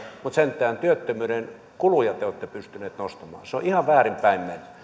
mutta sentään työttömyyden kuluja te olette pystyneet nostamaan se on ihan väärinpäin